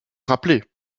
rappeler